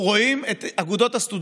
אנחנו עוברים להסתייגות 568, הצבעה.